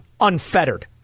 unfettered